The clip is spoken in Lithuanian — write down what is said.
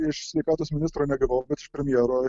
iš sveikatos ministro negavau bet iš premjero